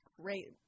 great –